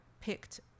picked